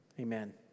Amen